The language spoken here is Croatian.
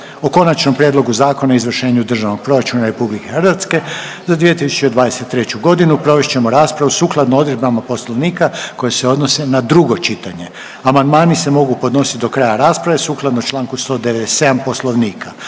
O Konačnom prijedlogu Zakona o izvršenju Državnog proračuna RH za 2023. g. provest ćemo raspravu sukladno odredbama Poslovnika koje se odnose na drugo čitanje. Amandmani se mogu podnositi do kraja rasprave sukladno čl. 197. Poslovnika.